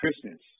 Christmas